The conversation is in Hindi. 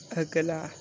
अगला